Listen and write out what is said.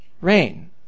Rain